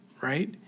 right